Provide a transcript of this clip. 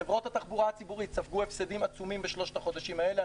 חברות התחבורה הציבורית ספגו הפסדים עצומים בשלושת החודשים האלה.